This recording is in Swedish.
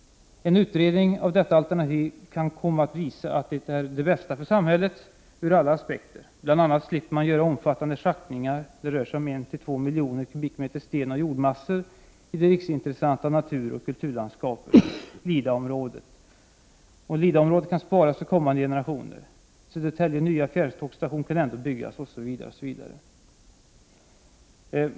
En utredning av detta alternativ kan komma att visa att det är det bästa för samhället ur alla aspekter. Bl.a. slipper man göra omfattande schaktningar — det rör sig om mellan en och två miljoner kubikmeter stenoch jordmassor —i det riksintressanta naturoch kulturlandskapet. Lidaområdet kan sparas för kommande generationer, Södertälje nya fjärrtågsstation kan ändå byggas etc.